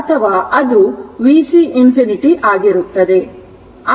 ಅಥವಾ ಅದು vc infinity ಆಗಿರುತ್ತದೆ